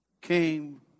came